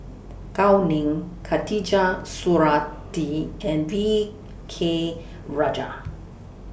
Gao Ning Khatijah Surattee and V K Rajah